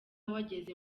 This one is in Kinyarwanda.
wageze